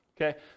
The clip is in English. okay